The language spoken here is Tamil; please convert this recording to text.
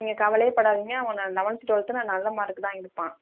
நீங்கள் கவலையேப்படாதீங்க அவன் ந லெவன்த்து டுவெல்த்தில் நல்ல மார்க்கு தான் எடுப்பான்